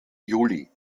juli